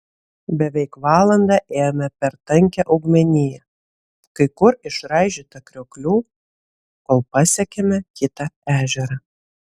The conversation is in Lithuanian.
beveik valandą ėjome per tankią augmeniją kai kur išraižytą krioklių kol pasiekėme kitą ežerą